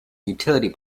utility